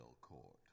court